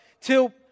till